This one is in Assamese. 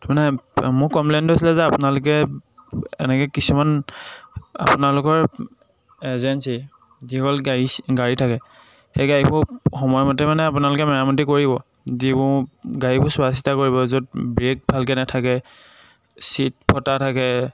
মোৰ কমপ্লেইনটো হৈছিলে যে আপোনালোকে এনেকৈ কিছুমান আপোনালোকৰ এজেঞ্চী যিসকল গাড়ী গাড়ী থাকে সেই গাড়ীবোৰ সময়মতে মানে আপোনালোকে মেৰামতি কৰিব যিবোৰ গাড়ীবোৰ চোৱা চিতা কৰিব য'ত ব্ৰে'ক ভালকৈ নাথাকে ছিট ফটা থাকে